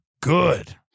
Good